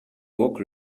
woke